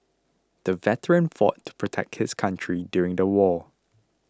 the veteran fought to protect his country during the war